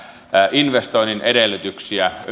investoinnin edellytyksiä